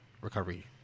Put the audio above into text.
recovery